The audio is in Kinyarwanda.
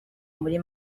muri